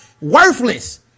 Worthless